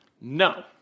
No